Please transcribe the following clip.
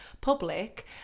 public